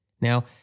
Now